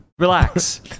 relax